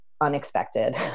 unexpected